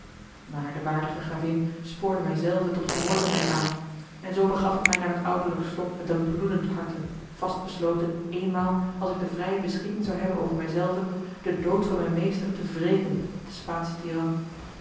maar de waardige gravin spoordde mij zelve tot gehoorzaamheid aan en zoo begaf ik mij naar het ouderlijk slot met een bloedend harte vast besloten eenmaal als ik de vrije beschikking zou hebben over mij zelven den dood van mijn meester te wreken op den spaanschen tiran